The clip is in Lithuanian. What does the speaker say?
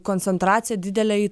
koncentracija didelė į